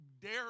dare